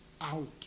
out